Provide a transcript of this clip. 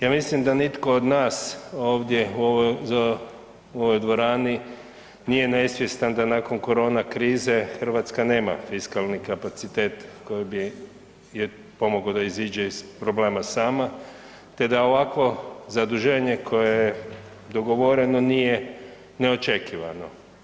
Ja mislim da nitko od nas ovdje u ovoj dvorani nije nesvjestan da nakon korona krize Hrvatska nema fiskalni kapacitet koji bi joj pomogao da iziđe iz problema sama te da ovakvo zaduženje koje je dogovoreno nije neočekivano.